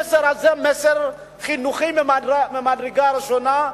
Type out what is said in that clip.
המסר הזה הוא מסר חינוכי ממדרגה ראשונה,